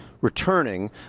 returning